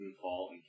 fall